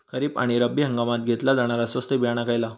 खरीप आणि रब्बी हंगामात घेतला जाणारा स्वस्त बियाणा खयला?